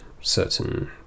certain